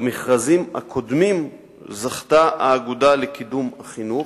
במכרזים הקודמים זכתה האגודה לקידום החינוך,